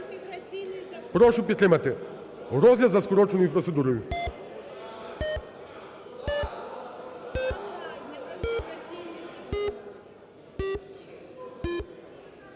Прошу підтримати. Розгляд за скороченою процедурою.